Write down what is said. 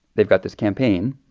they've got this campaign,